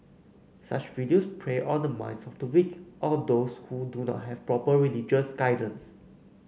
such videos prey on the minds of the weak or those who do not have proper religious guidance